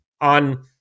on